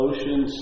Ocean